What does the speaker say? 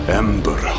ember